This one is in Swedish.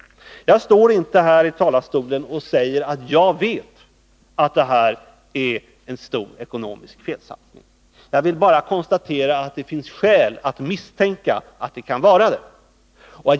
Jag står inte här i talarstolen och säger att jag vet att detta är en stor ekonomisk felsatsning. Jag vill bara konstatera att det finns skäl att misstänka att det kan vara så.